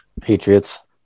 Patriots